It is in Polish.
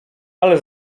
ale